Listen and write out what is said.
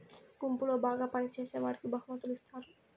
గుంపులో బాగా పని చేసేవాడికి బహుమతులు ఇత్తారు